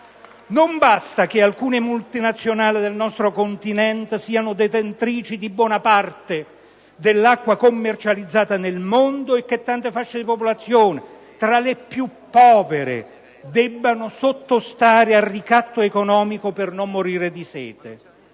Non basta che alcune multinazionali del nostro continente siano detentrici di buona parte dell'acqua commercializzata nel mondo e che tante fasce di popolazioni tra le più povere nel mondo debbano sottostare al ricatto economico per non morire di sete.